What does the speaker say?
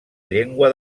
llengua